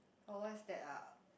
for what's that ah